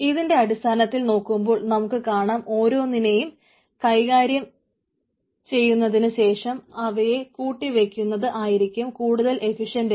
ഇതിൻറെ അടിസ്ഥാനത്തിൽ നോക്കുമ്പോൾ നമുക്ക് കാണാം ഓരോന്നിനെയും കൈകാര്യം ചെയ്യുന്നതിനു ശേഷം അവയെ കൂട്ടി വയ്ക്കുന്നത് ആയിരിക്കും കൂടുതൽ എഫിഷ്യന്റ് എന്ന്